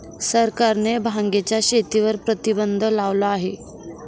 सरकारने भांगेच्या शेतीवर प्रतिबंध लावला आहे